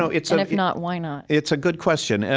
so it's, and if not, why not? it's a good question. and